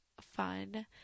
fun